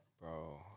Bro